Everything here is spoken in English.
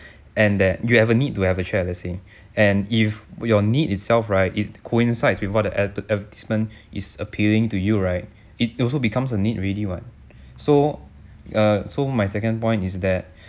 and that you have a need to have a chair let's say and if your need itself right it coincides with what the adver~ advertisement is appealing to you right it also becomes a need already what so err so my second point is that